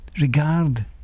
regard